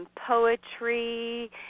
poetry